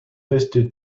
reste